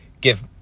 give